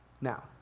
Now